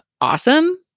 awesome